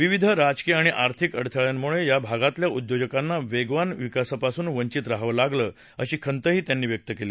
विविध राजकीय आणि आर्थिक अडथळ्यांमुळे या भागातल्या उद्योजकांना वेगवान विकासापासून वंचित राहावं लागलं अशी खंतही त्यांनी व्यक्त केली